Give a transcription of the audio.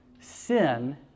sin